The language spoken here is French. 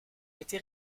été